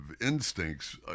instincts